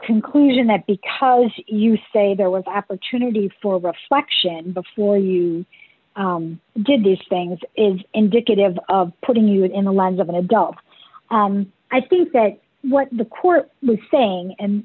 conclusion that because you say there was opportunity for reflection before you did these things is indicative of putting you in the lens of an adult i think that what the court was saying and